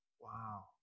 Wow